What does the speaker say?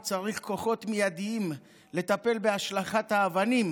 אני צריך כוחות מיידיים לטפל בהשלכת האבנים